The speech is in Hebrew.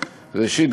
ראשית,